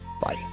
bye